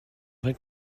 vraie